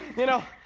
you know,